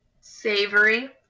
savory